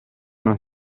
non